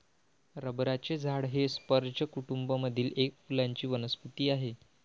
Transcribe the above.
रबराचे झाड हे स्पर्ज कुटूंब मधील एक फुलांची वनस्पती आहे